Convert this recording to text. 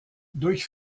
durch